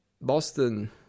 Boston